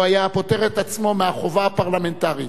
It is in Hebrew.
והוא היה פוטר את עצמו מהחובה הפרלמנטרית.